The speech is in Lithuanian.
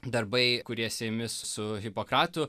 darbai kurie siejami su su hipokratu